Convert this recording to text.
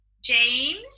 James